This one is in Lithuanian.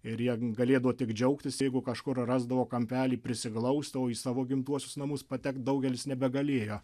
ir jie galėdavo tik džiaugtis jeigu kažkur rasdavo kampelį prisiglausti o į savo gimtuosius namus patekt daugelis nebegalėjo